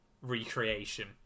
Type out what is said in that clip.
recreation